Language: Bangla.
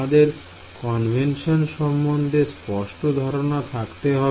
আমাদের কনভেনশন সম্বন্ধে স্পষ্ট ধারণা থাকতে হবে